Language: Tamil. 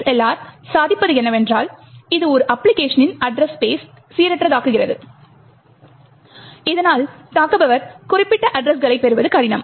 ASLR சாதிப்பது என்னவென்றால் இது ஒரு அப்பிளிகேஷனின் அட்ரஸ் ஸ்பெஸ்ஸை சீரற்றதாக்குகிறது இதனால் தாக்குபவர் குறிப்பிட்ட அட்ரஸ்களைப் பெறுவது கடினம்